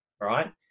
right